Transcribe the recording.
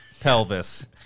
Pelvis